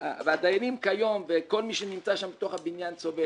הדיינים כיום וכל מי שנמצא שם בתוך הבניין סובל מזה.